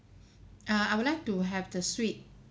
err I would like to have the suite